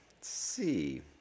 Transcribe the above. see